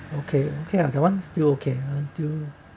okay okay ya that one still okay still